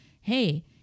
hey